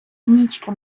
нічки